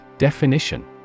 Definition